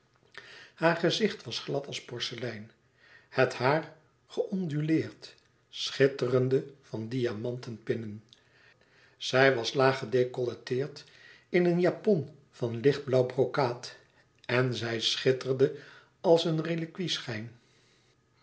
haar gezicht was glad als porcelein het bruine haar geönduleerd schitterde van diamanten binnen ij was laag gedecolleteerd in een japon van lichtblauw brokaat en zij schitterde als een reliquie schrijn